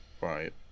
Right